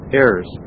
errors